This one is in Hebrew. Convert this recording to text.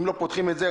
אם לא פותחים את זה,